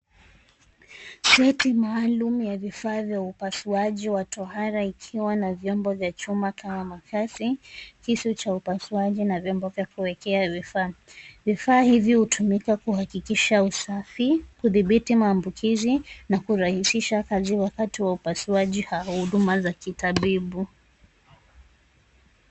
Sei maalum ya vifaa vya upasuaji wa tohara ikiwa na vyombo vya chuma kama makasi, kisu cha upasuaji na vyombo vya kuwekea vifaa. Vifaa hivi hutumika kuhakikisha usafi, kudhibiti maambukizi na kurahisisha kazi wakati wa upasuaji au huduma za kitabibu.